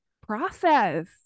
process